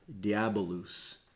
Diabolus